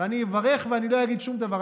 ואני אברך ואני לא אגיד שום דבר.